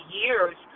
years